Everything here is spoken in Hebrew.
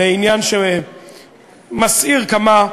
לעניין שמסעיר כמה,